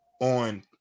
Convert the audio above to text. on